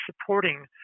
supporting